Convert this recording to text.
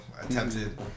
attempted